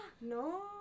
No